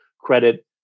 credit